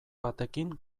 batekin